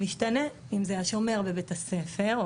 משתנה אם זה השומר בבית הספר,